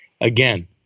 again